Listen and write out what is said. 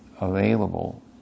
available